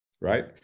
Right